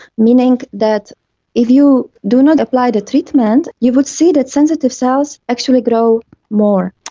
meaning that if you do not apply the treatment you would see that sensitive cells actually grow more.